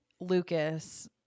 Lucas